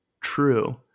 true